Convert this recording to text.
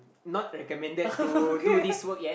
not recommended to do this work yet